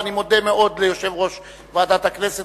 ואני מודה מאוד ליושב-ראש ועדת הכנסת,